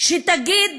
שתגיד